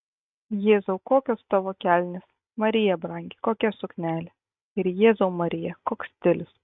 jėzau kokios tavo kelnės marija brangi kokia suknelė ir jėzau marija koks stilius